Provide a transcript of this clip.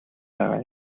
байгаа